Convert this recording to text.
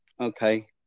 Okay